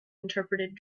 interpreted